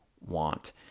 want